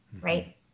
right